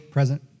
Present